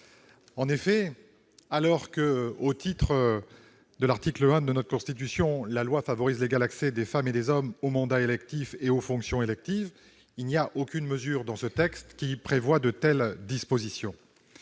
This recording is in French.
En effet, alors que, au titre de l'article 1 de notre Constitution, « la loi favorise l'égal accès des femmes et des hommes aux mandats électifs et aux fonctions électives », ce texte ne comporte aucune mesure prévoyant de telles dispositions.